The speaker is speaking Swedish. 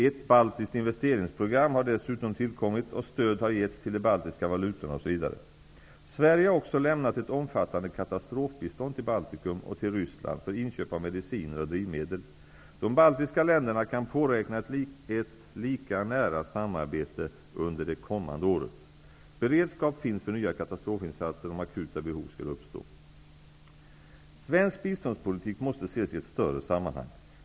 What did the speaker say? Ett baltiskt investeringsprogram har dessutom tillkommit, och stöd har getts till de baltiska valutorna, osv. Sverige har också lämnat ett omfattande katastrofbistånd till Baltikum och till Ryssland för inköp av mediciner och drivmedel. De baltiska länderna kan påräkna ett lika nära samarbete under det kommande året. Beredskap finns för nya katastrofinsatser om akuta behov skulle uppstå. Svensk biståndspolitik måste ses i ett större sammanhang.